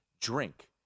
Drink